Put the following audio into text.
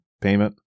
payment